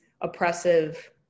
oppressive